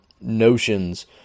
notions